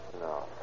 No